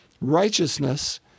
Righteousness